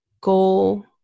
goal